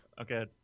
Okay